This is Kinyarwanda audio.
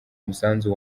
umusanzu